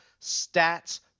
stats